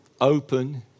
open